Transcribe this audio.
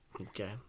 Okay